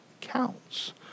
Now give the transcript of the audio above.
counts